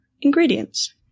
ingredients